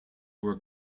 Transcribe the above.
were